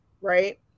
right